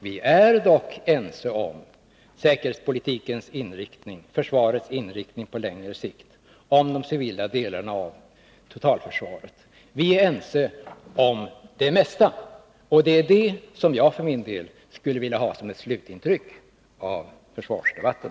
Vi är dock ense om säkerhetspolitikens och försvarets inriktning på längre sikt och om de civila delarna av totalförsvaret. Vi är ense om det mesta, och det är det som jag för min del önskar skall bli slutintrycket av försvarsdebatten.